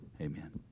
Amen